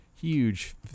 huge